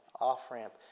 off-ramp